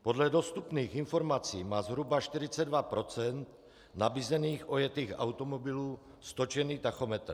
Podle dostupných informací má zhruba 42 % nabízených ojetých automobilů stočený tachometr.